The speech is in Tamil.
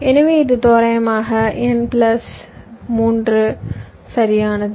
எனவே இது தோராயமாக n பிளஸ் 3 சரியானது